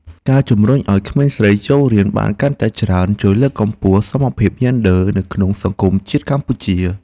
ការជំរុញឱ្យក្មេងស្រីចូលរៀនបានកាន់តែច្រើនជួយលើកកម្ពស់សមភាពយេនឌ័រនៅក្នុងសង្គមជាតិកម្ពុជា។